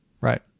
Right